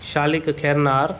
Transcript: Shalik Khairnar